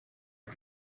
und